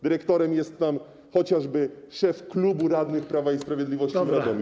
Dyrektorem jest tam chociażby szef klubu radnych Prawa i Sprawiedliwości w Radomiu.